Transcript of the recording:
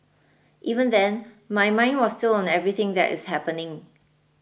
even then my mind was still on everything that is happening